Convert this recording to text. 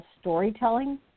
storytelling